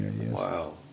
Wow